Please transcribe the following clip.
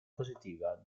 positiva